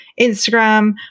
Instagram